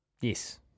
Yes